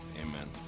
Amen